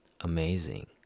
amazing